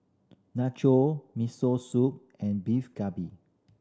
Nacho Miso Soup and Beef Galbi